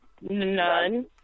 None